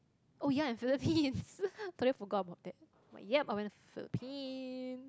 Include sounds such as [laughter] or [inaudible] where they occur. oh ya and Philippines [laughs] totally forgot about that but yup I went to Phillipines